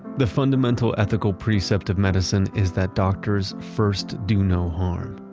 the fundamental ethical precept of medicine is that doctors first do no harm.